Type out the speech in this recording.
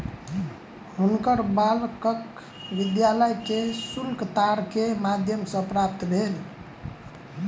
हुनकर बालकक विद्यालय के शुल्क तार के माध्यम सॅ प्राप्त भेल